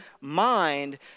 mind